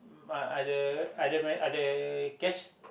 um uh other other other cash